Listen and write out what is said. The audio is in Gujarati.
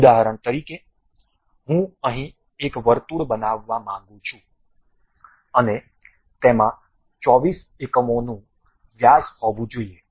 ઉદાહરણ તરીકે હું અહીં એક વર્તુળ બનાવા માંગુ છું અને તેમાં 24 એકમનું વ્યાસ હોવું જોઈએ